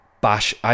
bash